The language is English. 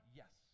yes